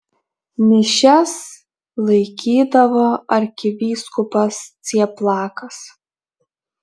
mišias laikydavo arkivyskupas cieplakas